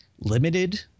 limited